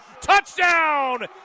Touchdown